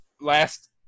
Last